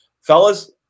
Fellas